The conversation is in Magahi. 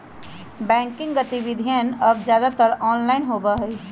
बैंकिंग गतिविधियन अब ज्यादातर ऑनलाइन होबा हई